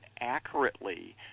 accurately